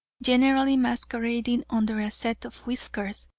generally masquerading under a set of whiskers,